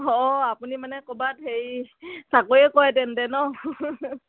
অঁ আপুনি মানে ক'বাত হেৰি চাকৰি কৰে তেন্তে ন